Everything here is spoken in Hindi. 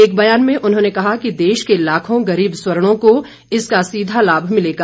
एक ब्यान में उन्होंने कहा कि देश के लाखों गरीब स्वर्णों को इसका सीधा लाभ मिलेगा